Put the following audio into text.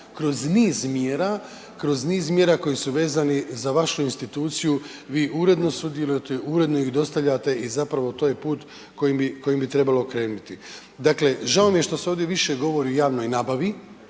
kroz niz mjera koji su vezani za vašu instituciju, vi uredno sudjelujete, uredno ih dostavljate i zapravo to je put kojim bi trebalo krenuti. Dakle žao mi je što se ovdje više govori o javnoj nabavi